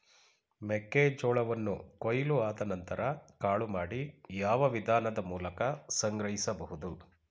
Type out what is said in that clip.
ಮೆಕ್ಕೆ ಜೋಳವನ್ನು ಕೊಯ್ಲು ಆದ ನಂತರ ಕಾಳು ಮಾಡಿ ಯಾವ ವಿಧಾನದ ಮೂಲಕ ಸಂಗ್ರಹಿಸಬಹುದು?